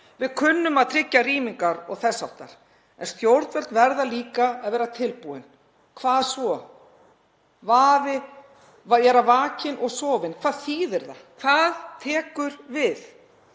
Við kunnum að tryggja rýmingar og þess háttar. En stjórnvöld verða líka að vera tilbúin. Hvað svo? Að vera vakin og sofin, hvað þýðir það? Hvað tekur við?